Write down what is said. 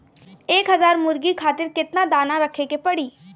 एक हज़ार मुर्गी खातिर केतना दाना रखे के पड़ी?